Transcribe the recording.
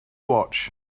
watch